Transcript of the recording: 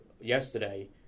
yesterday